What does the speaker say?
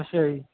ਅੱਛਾ ਜੀ